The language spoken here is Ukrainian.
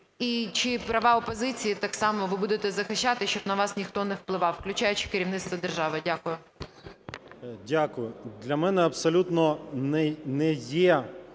І чи права опозиції так само ви будете захищати, щоб на вас ніхто не впливав, включаючи керівництво держави? Дякую. 12:36:28 ЛУБІНЕЦЬ Д.В. Дякую. Для мене абсолютно не є